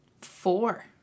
four